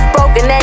Broken